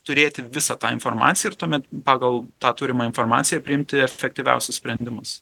turėti visą tą informaciją ir tuomet pagal tą turimą informaciją priimti efektyviausius sprendimus